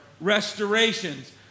restorations